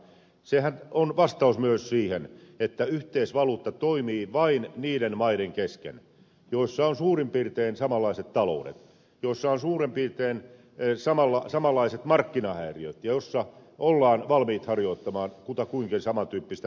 sehän on vastaus myös siihen että yhteisvaluutta toimii vain niiden maiden kesken joissa on suurin piirtein samanlaiset taloudet ja joissa on suurin piirtein samanlaiset markkinahäiriöt ja joissa ollaan valmiita harjoittamaan kutakuinkin saman tyyppistä finanssi ja talouspolitiikkaa